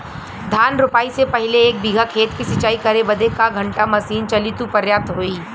धान रोपाई से पहिले एक बिघा खेत के सिंचाई करे बदे क घंटा मशीन चली तू पर्याप्त होई?